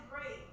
great